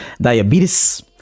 diabetes